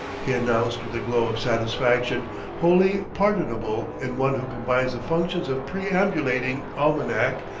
he announced with a glow of satisfaction wholly pardonable in one who combines the functions of perambulating almanac,